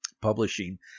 publishing